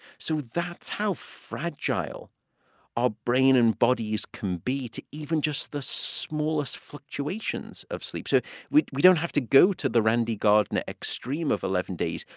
so that's how fragile our brain and bodies can be to even just the smallest fluctuations of sleep. so we we don't have to go to the randy gardner extreme of eleven days.